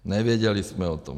Nevěděli jsme o tom.